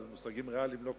אבל במושגים ריאליים לא קוצץ,